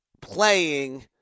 playing